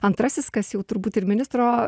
antrasis kas jau turbūt ir ministro